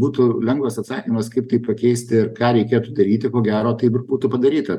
būtų lengvas atsakymas kaip tai pakeisti ir ką reikėtų daryti ko gero taip ir būtų padaryta